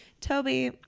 Toby